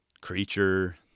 creature